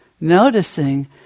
Noticing